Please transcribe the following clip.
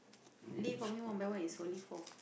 lift for me one by one is only four